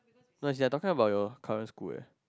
no they are talking about your current school eh